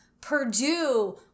Purdue